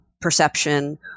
perception